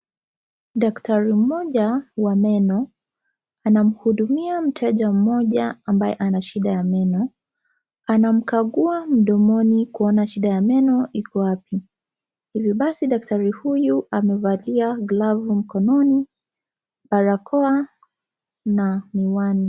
Daktari mmoja wa meno anamhudumia mteja mmoja ambaye ana shida ya meno. Anamkagua mdomoni kuona shida ya meno iko wapi. Hivi basi daktari huyu amevalia glavu mkononi, barakoa na miwani.